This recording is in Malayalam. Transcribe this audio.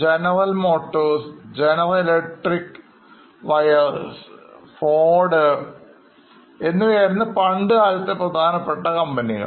ജനറൽ മോട്ടോഴ്സ് ജനറൽ ഇലക്ട്രിക് വയർ ford എന്നിവയായിരുന്നു പണ്ടുകാലത്തെപ്രധാനപ്പെട്ട കമ്പനികൾ